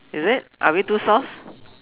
is it are we too soft